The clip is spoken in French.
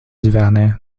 duvernet